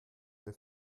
der